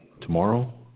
tomorrow